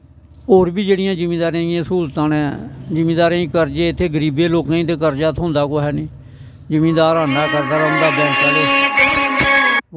होर बी जेह्ड़ियां जिमिदारें दियां स्हूलतां न जिमिदारें दे कर्जे इत्थें गरीबैं लोकें गी कर्जा थ्होंदा कुसै नी जिमीदार